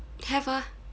have ah